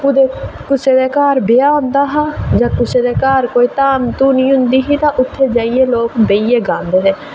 कुतै कुसै दे घर ब्याह् होंदा हा जां कुसै दे घर कोई धाम धूनी होंदी ते उत्थै जाइयै ते लोक बेहियै गांदे हे